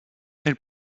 elle